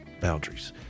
boundaries